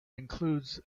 includes